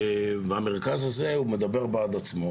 והמרכז הזה מדבר בעד עצמו,